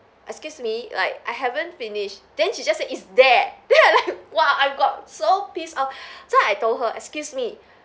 excuse me like I haven't finish then she just it's there then I like !wah! I got so pissed off so I told her excuse me